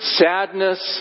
sadness